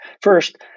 First